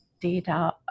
data